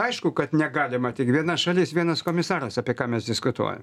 aišku kad negalima tik viena šalis vienas komisaras apie ką mes diskutuojam